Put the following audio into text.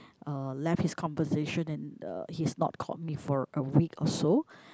uh left his conversation and uh he's not called me for a week or so